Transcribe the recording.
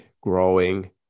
growing